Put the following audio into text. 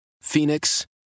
Phoenix